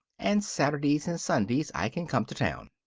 and saturdays and sundays i can come to town.